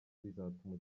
bizatuma